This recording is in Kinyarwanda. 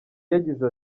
yagize